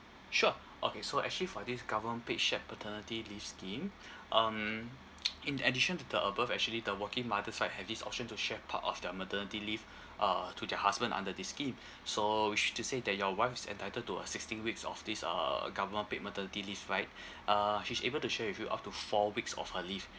sure okay so actually for this government paid shared paternity leave scheme um in addition to the above actually the working mother's side have this option to share part of their maternity leave uh to their husband under this scheme so which to say that your wife's entitled to a sixteen weeks of this uh government paid maternity leave right uh she's able to share with you up to four weeks of her leave